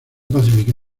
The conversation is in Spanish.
pacífica